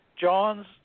John's